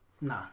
No